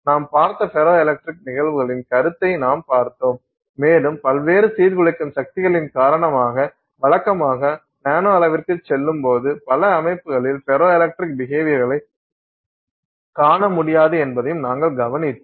நாம் பார்த்த ferroelectric நிகழ்வுகளின் கருத்தை நாம் பார்த்தோம் மேலும் பல்வேறு சீர்குலைக்கும் சக்திகளின் காரணமாக வழக்கமாக நானோ அளவிற்குச் செல்லும்போது பல அமைப்புகளில் ஃபெரோ எலக்ட்ரிக் பிஹேவியர்களைக் காண முடியாது என்பதையும் நாங்கள் கவனித்தோம்